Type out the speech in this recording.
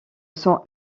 sont